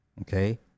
Okay